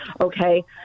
okay